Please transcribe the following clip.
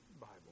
Bible